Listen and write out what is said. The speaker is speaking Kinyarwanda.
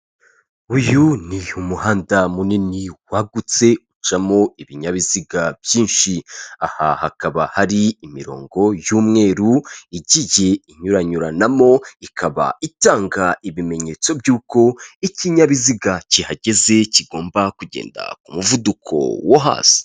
Uyu ni umuhanda munini wagutse ucamo ibinyabiziga byinshi. Aha hakaba hari imirongo y'umweru igiye inyuranyuranamo, ikaba itanga ibimenyetso by'uko ikinyabiziga kihageze kigomba kugenda ku muvuduko wo hasi.